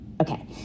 Okay